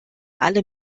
alle